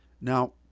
Now